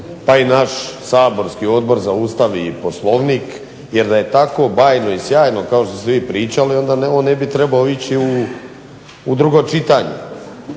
pa i naš saborski Odbor za Ustav i Poslovnik jer da je tako bajno i sjajno kao što ste vi pričali onda on ne bi trebao ići u drugo čitanje